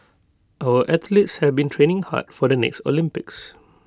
our athletes have been training hard for the next Olympics